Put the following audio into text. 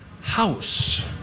house